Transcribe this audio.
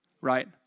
right